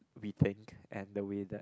we thank and the way that